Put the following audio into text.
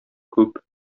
күп